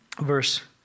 verse